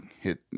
hit